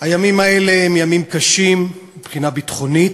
הימים האלה הם ימים קשים מבחינה ביטחונית,